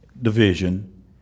division